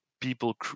people